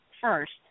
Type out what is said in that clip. first